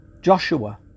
Joshua